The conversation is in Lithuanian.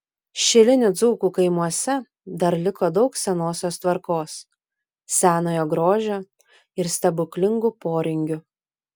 šilinių dzūkų kaimuose dar liko daug senosios tvarkos senojo grožio ir stebuklingų poringių